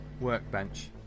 workbench